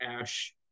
Ash